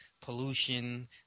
pollution